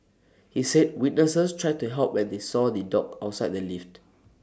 he said witnesses tried to help when they saw the dog outside the lift